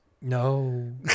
No